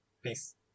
Peace